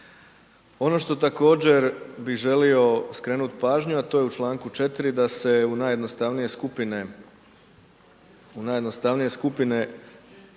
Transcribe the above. Ono što također bi želio skrenuti pažnju a to je u članku 4. da se u najjednostavnije skupine,